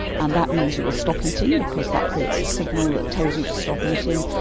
and that means you will stop eating because that creates a signal that tells you to stop eating,